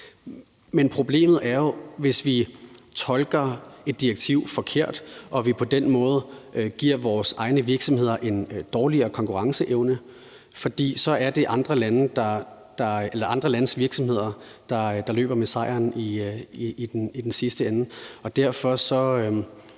Men problemet er jo, hvis vi tolker et direktiv forkert og vi på den måde giver vores egne virksomheder en dårligere konkurrenceevne, for så er det andre landes virksomheder, der løber med sejren i den sidste ende. Derfor er